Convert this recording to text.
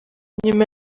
nyuma